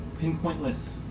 pinpointless